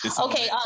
Okay